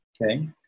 okay